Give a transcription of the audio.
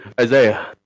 Isaiah